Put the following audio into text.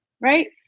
right